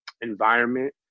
environment